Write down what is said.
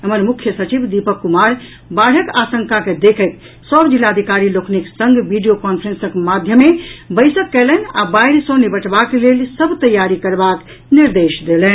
एम्हर मुख्य सचिव दीपक कुमार बाढ़िक आशंका के देखैत सभ जिलाधिकारी लोकनिक संग वीडियो कांफ्रेंसक माध्यमे बैसक कयलनि आ बाढ़ि सँ निबटबाक लेल सभ तैयारी करबाक निर्देश देलनि